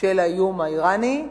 של האיום האירני,